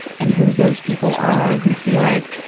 and who those people are who feel like,